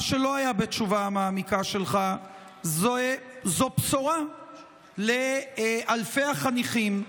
מה שלא היה בתשובה המעמיקה שלך זה בשורה לאלפי החניכים,